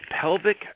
pelvic